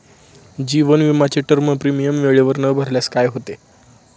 जीवन विमाचे term premium वेळेवर न भरल्यास काय होते?